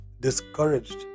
discouraged